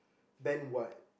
then what